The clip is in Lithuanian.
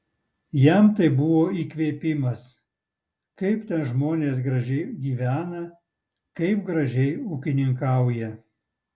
jam tai buvo įkvėpimas kaip ten žmonės gražiai gyvena kaip gražiai ūkininkauja